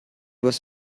was